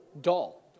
dull